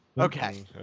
Okay